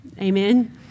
Amen